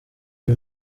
iyo